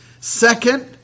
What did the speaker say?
second